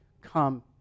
come